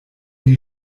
die